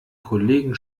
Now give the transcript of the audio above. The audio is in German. kollegen